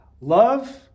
Love